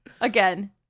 again